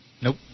Nope